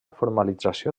formalització